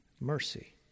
mercy